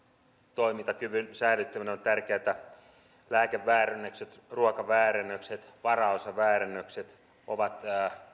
toimintakyvyn säilyttäminen on tärkeätä lääkeväärennökset ruokaväärennökset varaosaväärennökset ovat